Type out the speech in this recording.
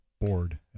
Bored